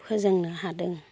फोजोंनो हादों